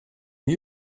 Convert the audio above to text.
are